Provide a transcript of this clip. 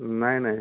नाही नाही